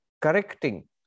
correcting